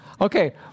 Okay